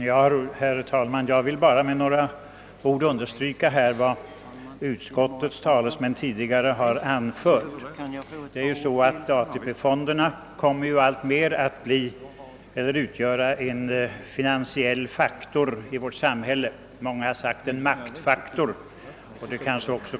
Herr talman! Jag vill bara med några få ord understryka vad utskottets talesmän har anfört. AP-fonderna kommer alltmer att utgöra en faktor av stor betydelse på det finansiella området i vårt samhälle — många har sagt en maktfaktor, och det kan upprepas.